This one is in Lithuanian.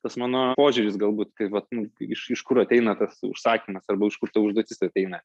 tas mano požiūris galbūt kai vat nu iš iš kur ateina tas užsakymas arba iš kur ta užduotis ateina